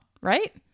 Right